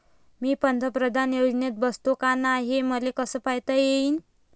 मी पंतप्रधान योजनेत बसतो का नाय, हे मले कस पायता येईन?